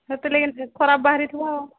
ସେଥି ଲାଗି ଖରାପ ବାହାରି ଥିବ